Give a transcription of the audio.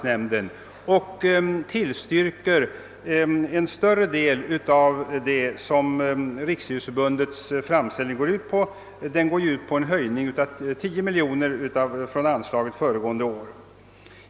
Nämnden tillstyrker på grund. därav att en större del av den höjning gärts av Riksidrottsförbundet — 10 miljoner kronor — ställs till förfogande.